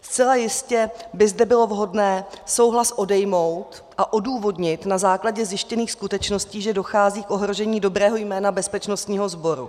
Zcela jistě by zde bylo vhodné souhlas odejmout a odůvodnit na základě zjištěných skutečností, že dochází k ohrožení dobrého jména bezpečnostního sboru.